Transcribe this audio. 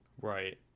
right